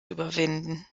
überwinden